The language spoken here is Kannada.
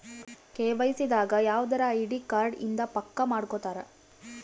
ಕೆ.ವೈ.ಸಿ ದಾಗ ಯವ್ದರ ಐಡಿ ಕಾರ್ಡ್ ಇಂದ ಪಕ್ಕ ಮಾಡ್ಕೊತರ